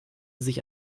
sich